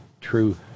True